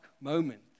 moment